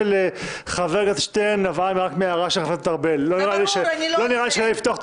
התיישבת שם בשביל לעשות את